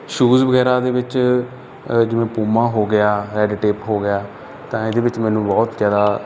shoes ਵਗੈਰਾ ਦੇ ਵਿੱਚ ਜਿਵੇਂ ਪੂਮਾ ਹੋ ਗਿਆ ਰੈਡ ਟੇਪ ਹੋ ਗਿਆ ਤਾਂ ਇਹਦੇ ਵਿੱਚ ਮੈਨੂੰ ਬਹੁਤ ਜ਼ਿਆਦਾ